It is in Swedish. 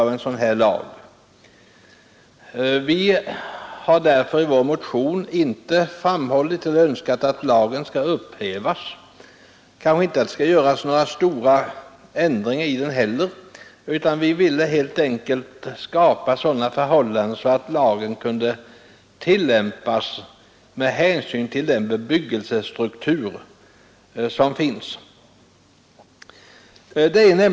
Vi har inte därför i vår motion önskat att lagen skulle upphävas eller att det skulle göras några stora ändringar i den, utan vi vill i stället skapa sådana förhållanden att lagen kan tillämpas på den bebyggelsestruktur som finns.